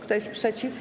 Kto jest przeciw?